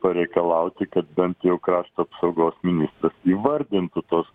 pareikalauti kad bent jau krašto apsaugos ministras įvardintų tos